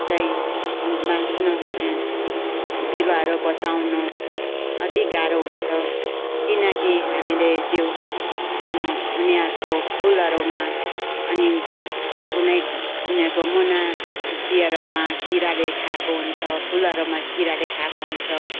चाहिँ बाँच्न बिरुवाहरू बचाउनु अति गाह्रो हुन्छ किनकि हामीले त्यो उनीहरूको फुलहरूमा अनि कुनै उनीहरूको मुना टुप्पीहरूमा किराले खाएको हुन्छ फुलहरूमा किराले खाएको हुन्छ